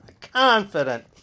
confident